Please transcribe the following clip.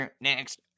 Next